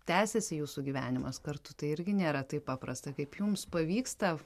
tęsėsi jūsų gyvenimas kartu tai irgi nėra taip paprasta kaip jums pavyksta